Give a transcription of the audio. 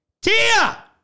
Tia